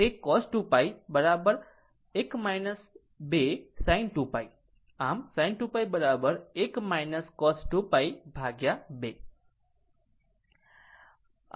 આમ sin 2 π 1 cos 2 π 2